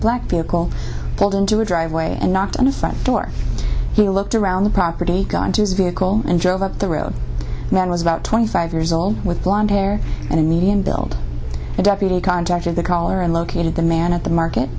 black vehicle pulled into a driveway and knocked on a front door he looked around the property got into his vehicle and drove up the road man was about twenty five years old with blond hair and medium build and deputy contacted the collar and located the man at the market